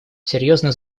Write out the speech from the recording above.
серьезно